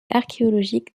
archéologique